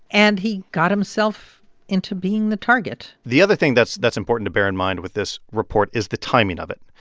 and he got himself into being the target the other thing that's that's important to bear in mind with this report is the timing of it.